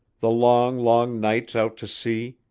the long, long nights out to sea,